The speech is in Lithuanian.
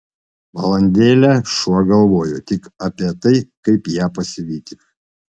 valandėlę šuo galvojo tik apie tai kaip ją pasivyti